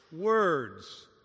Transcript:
words